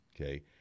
Okay